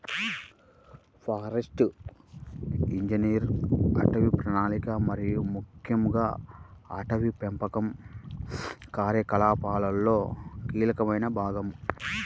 forest ఇంజనీర్లు అటవీ ప్రణాళిక మరియు ముఖ్యంగా అటవీ పెంపకం కార్యకలాపాలలో కీలకమైన భాగం